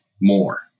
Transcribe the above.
more